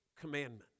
commandment